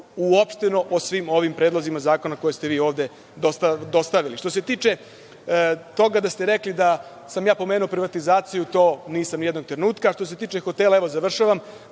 uopšteno o svim ovim predlozima zakona koje ste vi ovde dostavili. Što se tiče toga da ste rekli da sam ja pomenuo privatizaciju, to nisam ni jednog trenutka. Što se tiče hotela, evo završavam,